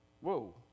Whoa